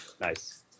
nice